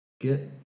get